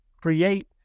create